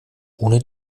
ohne